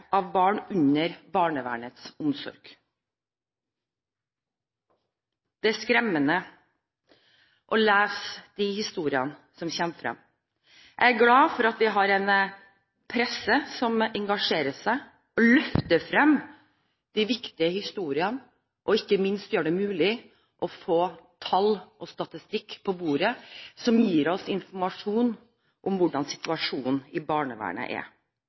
barn i barnevernets omsorg. Det er skremmende å lese historiene som kommer frem. Jeg er glad for at vi har en presse som engasjerer seg og løfter frem de viktige historiene, og ikke minst gjør det mulig å få tall og statistikk på bordet som gir oss informasjon om hvordan situasjonen i barnevernet er.